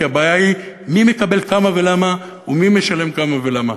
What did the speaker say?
כי הבעיה היא מי מקבל כמה ולמה ומי משלם כמה ולמה.